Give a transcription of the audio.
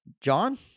John